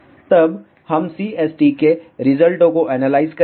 तब हम CST के रिजल्टों को एनालाइज करेंगे